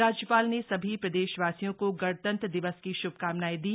राज्यपाल ने सभी प्रदेशवासियों को गणतंत्र दिवस की श्भकामनाएं दी